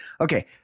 Okay